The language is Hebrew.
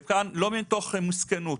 זה לא מתוך מסכנות,